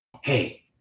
Hey